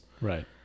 right